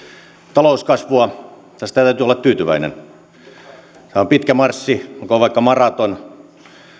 talouskasvua tästähän täytyy olla tyytyväinen pitkä marssi olkoon vaikka maraton